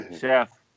Chef